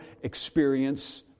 experience